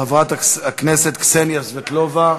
חברת הכנסת קסניה סבטלובה,